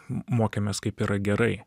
mokėmės kaip yra gerai